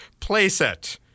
playset